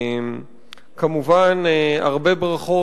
כמובן הרבה ברכות,